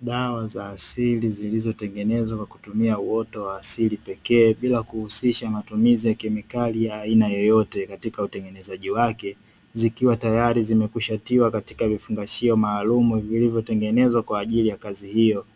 Dawa za asili zilizotengenezwa kwa kutumia uoto wa asili pekee, bila kuhusisha matumizi ya kemikali ya aina yoyote katika utengenezaji wake, zikiwa tayari zimekwishatiwa katika vifungashio maalumu, vilivyotengenezwa kwa ajili ya kazi hiyo.